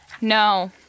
No